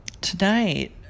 tonight